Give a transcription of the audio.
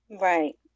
Right